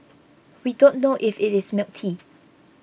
we don't know if it is milk tea